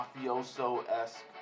mafioso-esque